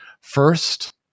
First